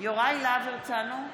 יוראי להב הרצנו,